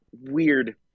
Weird